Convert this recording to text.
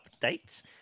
updates